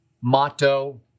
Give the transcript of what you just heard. motto